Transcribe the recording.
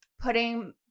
putting